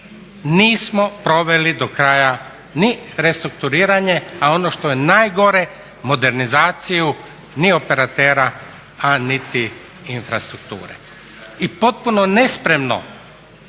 Nismo proveli do kraja ni restrukturiranje, a ono što je najgore modernizaciju ni operatera a niti infrastrukture. I nespremno